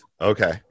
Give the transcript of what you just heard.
Okay